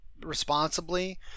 responsibly